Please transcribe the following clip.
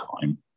time